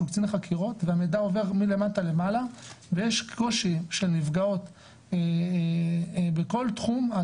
קצין חקירות והמידע עובר מלמטה למעלה ויש קושי של נפגעות בכל תחום,